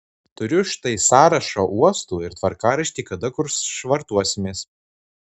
turiu štai sąrašą uostų ir tvarkaraštį kada kur švartuosimės